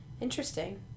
interesting